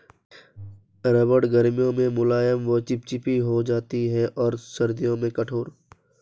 रबड़ गर्मियों में मुलायम व चिपचिपी हो जाती है और सर्दियों में कठोर